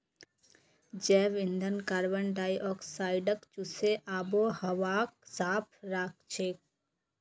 जैव ईंधन कार्बन डाई ऑक्साइडक चूसे आबोहवाक साफ राखछेक